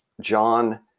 John